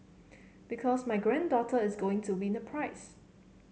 because my granddaughter is going to win a prize